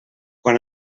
quan